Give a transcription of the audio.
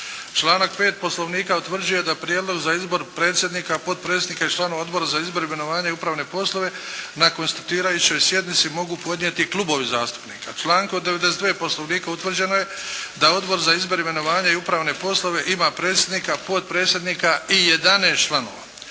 Članak 5. poslovnika utvrđuje da Prijedlog za izbor predsjednika, potpredsjednika i članova Odbora za izbor, imenovanja i upravne poslove na Konstituirajućoj sjednici mogu podnijeti klubovi zastupnika. Člankom …/Govornik se ne razumije./… Poslovnika utvrđeno je da Odbor za izbor, imenovanja i upravne poslove ima predsjednika, potpredsjednika i 11 članova.